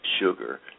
sugar